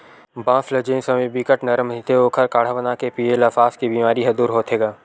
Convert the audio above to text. बांस ल जेन समे बिकट नरम रहिथे ओखर काड़हा बनाके पीए ल सास के बेमारी ह दूर होथे गा